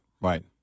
Right